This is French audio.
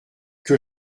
que